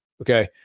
okay